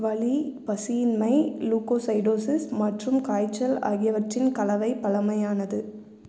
வலி பசியின்மை லுகோசைடோசிஸ் மற்றும் காய்ச்சல் ஆகியவற்றின் கலவை பழமையானது